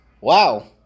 wow